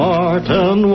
Martin